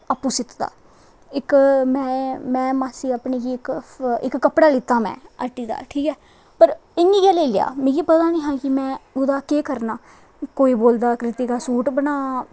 आपूं सीते दा इक में मासी अपनी गी इक कपड़ा दित्ता में हट्टी दा ठीक ऐ पर इ'यां गै लेई लेआ मिगी पता गै नेईं हां कि में एह्दा केह् करना कोई बोलदा क्रितिका सूट बना